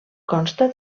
consta